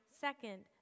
second